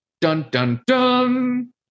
dun-dun-dun